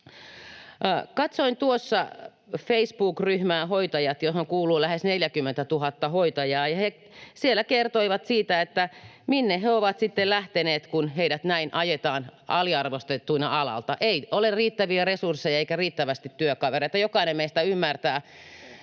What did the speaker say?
tuossa Facebook-ryhmää Hoitajat, johon kuuluu lähes 40 000 hoitajaa, ja he siellä kertoivat siitä, minne he ovat sitten lähteneet, kun heidät näin ajetaan aliarvostettuina alalta. Ei ole riittäviä resursseja eikä riittävästi työkavereita. Jokainen meistä ymmärtää,